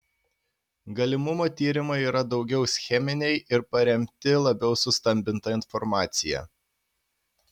galimumo tyrimai yra daugiau scheminiai ir paremti labiau sustambinta informacija